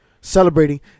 Celebrating